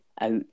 out